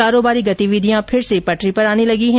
कारोबारी गतिविधियां फिर से पटरी पर आने लगी है